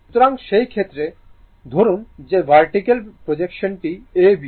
সুতরাং সেই ক্ষেত্রে ধরুন যে ভার্টিকাল প্রজেকশন টি A B